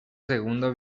segundo